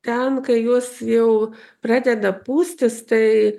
ten kai jos jau pradeda pūstis tai